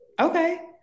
Okay